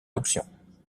option